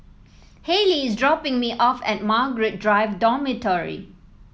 Haylie is dropping me off at Margaret Drive Dormitory